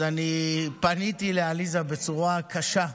ואני פניתי לעליזה בצורה קשה,